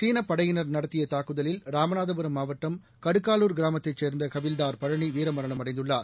சீனப்படையினர் நடத்திய தாக்குதலில் ராமநாதபுரம் மாவட்டம் கடுக்காலூர் கிராமத்தைச் சேர்ந்த ஹவில்தார் பழனி வீரமரணம் அடைந்துள்ளார்